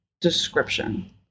description